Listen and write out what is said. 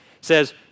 says